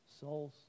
souls